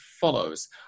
follows